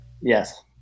Yes